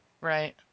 Right